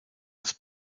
das